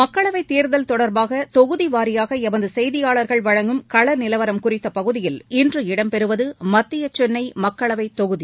மக்களவைத் தேர்தல் தொடர்பாக தொகுதி வாரியாக எமது செய்தியாளர்கள் வழங்கும் கள நிலவரம் குறித்த பகுதியில் இன்று இடம்பெறுவது மத்திய சென்னை மக்களவைத் தொகுதி